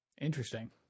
Interesting